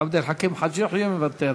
עבד אל חכים חאג' יחיא, מוותר.